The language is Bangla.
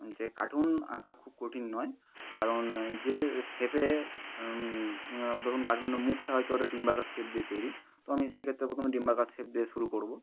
যে কার্টুন আঁকা খুব কঠিন নয় কারণ যে শেপে ধরুন কার্টুনের মুখটা হয়তো একটা ডিম্বাকার শেপ দিয়ে তৈরি তো আমি সেই ক্ষেত্রে প্রথমে ডিম্বাকার শেপ দিয়ে শুরু করবো